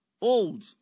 Old